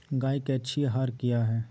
गाय के अच्छी आहार किया है?